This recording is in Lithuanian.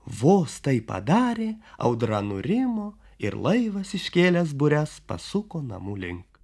vos tai padarė audra nurimo ir laivas iškėlęs bures pasuko namų link